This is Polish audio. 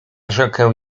rzekę